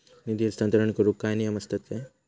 निधी हस्तांतरण करूक काय नियम असतत काय?